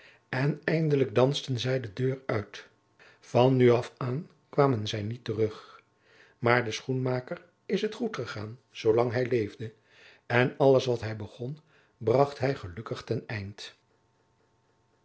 en eindelijk dansten zij de deur uit van nu af aan kwamen zij niet terug maar den schoenmaker is het goed gegaan zoolang hij leefde en alles wat hij begon bracht hij gelukkig ten eind